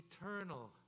eternal